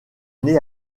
née